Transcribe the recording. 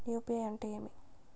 UPI అంటే ఏమి?